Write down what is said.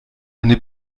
eine